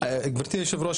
גברתי היושבת-ראש,